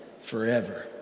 forever